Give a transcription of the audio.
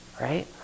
right